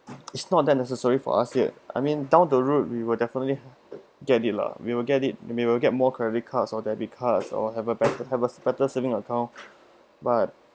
it's not that necessary for us yet I mean down the road we will definitely get it lah we will get it we will get more credit cards or debit cards or have a better have a better saving account but